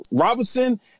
Robinson